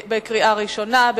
לקריאה ראשונה.